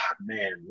man